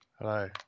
Hello